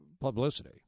publicity